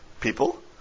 people